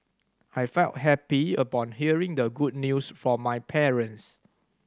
I felt happy upon hearing the good news from my parents